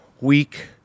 week